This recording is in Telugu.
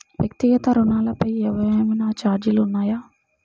వ్యక్తిగత ఋణాలపై ఏవైనా ఛార్జీలు ఉన్నాయా?